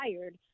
tired